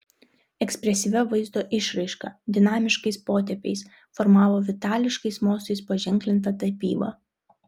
ekspresyvia vaizdo išraiška dinamiškais potėpiais formavo vitališkais mostais paženklintą tapybą